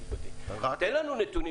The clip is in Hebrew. תן לנו נתונים